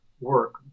work